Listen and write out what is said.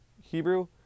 Hebrew